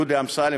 דודי אמסלם,